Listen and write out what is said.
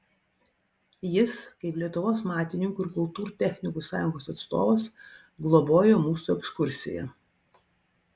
jis kaip lietuvos matininkų ir kultūrtechnikų sąjungos atstovas globojo mūsų ekskursiją